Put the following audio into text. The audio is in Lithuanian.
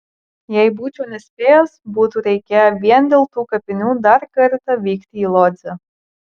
jei būčiau nespėjęs būtų reikėję vien dėl tų kapinių dar kartą vykti į lodzę